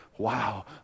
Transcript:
Wow